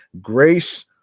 Grace